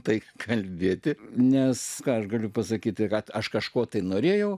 tai kalbėti nes ką aš galiu pasakyti kad aš kažko tai norėjau